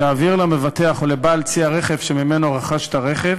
יעביר למבטח או לבעל צי הרכב שממנו רכש את הרכב